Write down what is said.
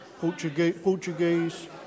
Portuguese